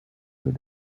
with